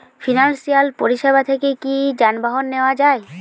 Financial পরিসেবা থেকে কি যানবাহন নেওয়া যায়?